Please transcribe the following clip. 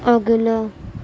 اگلا